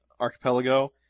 archipelago